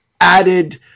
added